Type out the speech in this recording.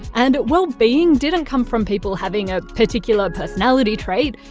and well-being didn't come from people having a particular personality trait,